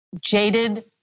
jaded